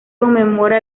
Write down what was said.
conmemora